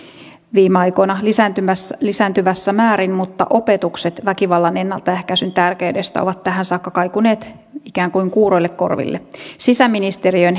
viime aikoina lisääntyvässä lisääntyvässä määrin mutta opetukset väkivallan ennaltaehkäisyn tärkeydestä ovat tähän saakka kaikuneet ikään kuin kuuroille korville sisäministeriön